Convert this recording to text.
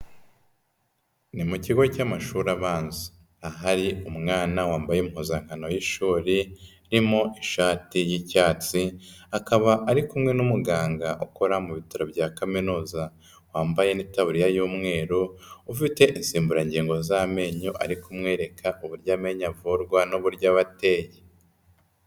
Ni mu kigo cy'amashuri abanza ahari umwana wambaye impuzankano y'ishuri irimo ishati y'icyatsi, akaba ari kumwe n'umuganga ukora mu bitaro bya Kaminuza wambaye n'itaburiya y'umweru, ufite insimburangingo z'amenyo ari kumwereka uburyo amenya avurwa n'uburyo aba ateye.